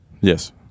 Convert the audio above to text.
Yes